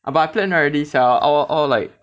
but I plan already sia all all like